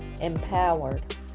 empowered